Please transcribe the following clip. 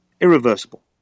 irreversible